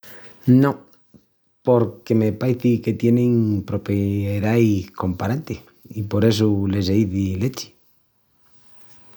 No, porque me paici que tienin propiedais comparantis i por essu le se izi lechi.